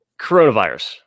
coronavirus